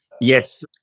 Yes